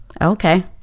okay